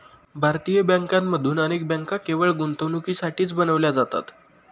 भारतीय बँकांमधून अनेक बँका केवळ गुंतवणुकीसाठीच बनविल्या जातात